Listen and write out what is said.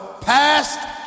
past